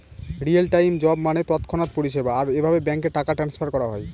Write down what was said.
real time job মানে তৎক্ষণাৎ পরিষেবা, আর এভাবে ব্যাঙ্কে টাকা ট্রান্সফার করা হয়